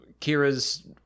Kira's